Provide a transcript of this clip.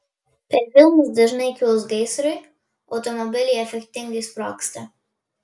per filmus dažnai kilus gaisrui automobiliai efektingai sprogsta